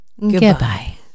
Goodbye